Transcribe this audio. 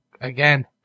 again